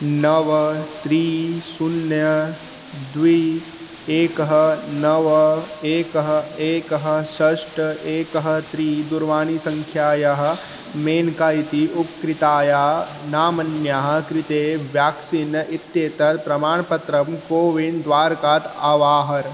नव त्रीणि शून्यं द्वे एकं नव एकं एकं षट् एकं त्रीणि दूरवाणीसङ्ख्यायाः मेनका इति उपकृताया नाम्न्याः कृते व्याक्सीन् इत्येतत् प्रमाणपत्रं कोविन् द्वारकात् अवाहर